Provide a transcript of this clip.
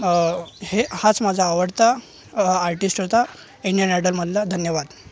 हे हाच माझा आवडता अ आर्टिस्ट होता इंडियन आयडलमधला धन्यवाद